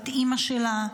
את אימא שלה,